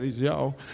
y'all